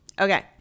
Okay